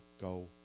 go